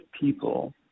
people